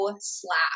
slap